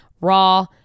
raw